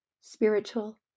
spiritual